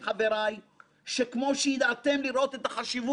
כך תיקחו את הלפיד מכאן ותמשיכו את התיקון.